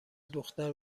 دختر